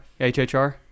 HHR